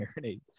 marinate